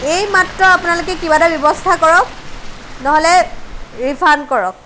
এইমাত্ৰ আপোনালোকে কিবা এটা ব্যৱস্থা কৰক নহ'লে ৰিফাণ্ড কৰক